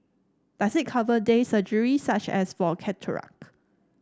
does it cover day surgery such as for cataract